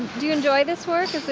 do you enjoy this work? is this,